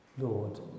Lord